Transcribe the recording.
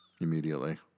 immediately